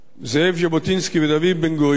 זאב ז'בוטינסקי ודוד בן-גוריון,